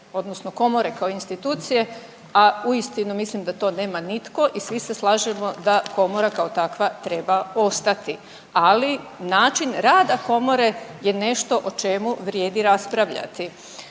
odnosno Komore kao institucije, a uistinu mislim da to nema nitko i svi se slažemo da Komora kao takva treba ostati. Ali, način rada Komore je nešto o čemu vrijedi raspravljati.